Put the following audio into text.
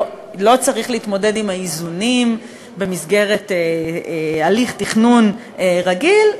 לא צריך להתמודד עם האיזונים במסגרת הליך תכנון רגיל,